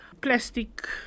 plastic